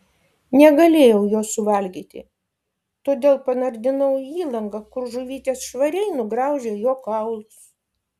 negalėjau jo suvalgyti todėl panardinau į įlanką kur žuvytės švariai nugraužė jo kaulus